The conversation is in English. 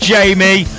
Jamie